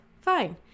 fine